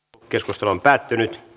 keskustelu päättyi